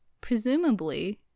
presumably